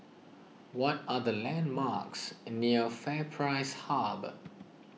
what are the landmarks near FairPrice Hub